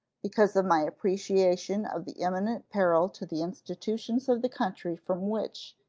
because of my appreciation of the imminent peril to the institutions of the country from which,